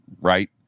right